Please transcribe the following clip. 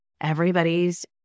everybody's